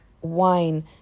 wine